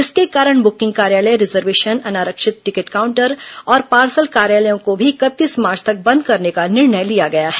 इसके कारण बुकिंग कार्यालय रिजर्वेशन अनारक्षित टिकट काउंटर और पार्सल कार्यालयों को भी इकतीस मार्च तक बंद करर्न का निर्णय लिया गया है